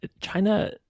china